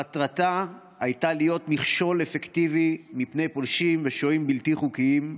מטרתה הייתה להיות מכשול אפקטיבי מפני פולשים ושוהים בלתי חוקיים,